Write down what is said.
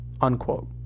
unquote